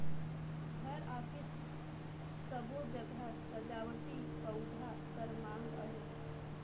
घर, अफिस सबो जघा सजावटी पउधा कर माँग अहे